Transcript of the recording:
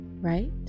right